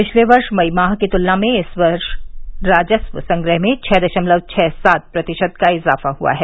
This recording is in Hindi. पिछले वर्ष मई माह की तुलना में इस बार राजस्व संग्रह में छः दशमलव छः सात प्रतिशत का इज़ाफ़ा हुआ है